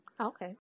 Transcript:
Okay